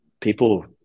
people